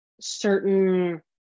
certain